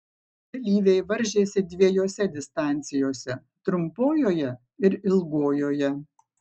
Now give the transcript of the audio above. dalyviai varžėsi dviejose distancijose trumpojoje ir ilgojoje